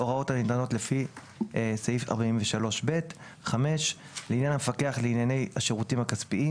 הוראות הניתנות לפי סעיף 43(ב); לעניין המפקח לענייני השירותים הכספיים